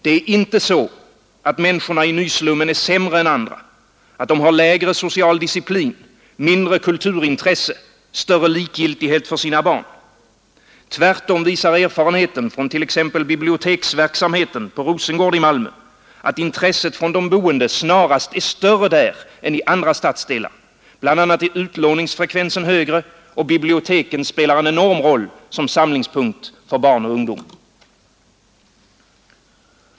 Det är inte så, att människorna i nyslummen är sämre än andra, att de har lägre social disciplin, mindre kulturintresse, större likgiltighet för sina barn; tvärtom visar erfarenheten från t.ex. biblioteksverksamheten på Rosengård i Malmö att intresset från de boende snarast är större där än i andra stadsdelar — bl.a. är utlåningsfrekvensen högre, och biblioteken spelar en enorm roll som samlingspunkt för barn och ungdom.